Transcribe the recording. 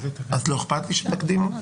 אז לא אכפת לי שנקדים.